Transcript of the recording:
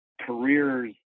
careers